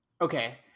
okay